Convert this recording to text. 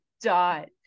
dot